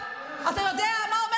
אבל מה אומר השב"כ?